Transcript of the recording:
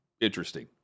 interesting